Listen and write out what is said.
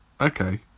Okay